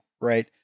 Right